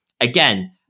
Again